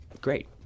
great